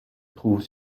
trouve